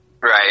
Right